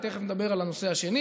ותכף נדבר על הנושא השני,